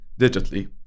digitally